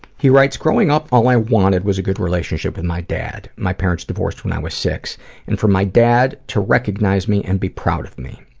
he writes, growing up all i wanted was a good relationship with my dad. my parents divorced when i was six and for my dad to recognize me and be proud of me.